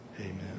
amen